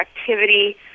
activity